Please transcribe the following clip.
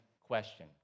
question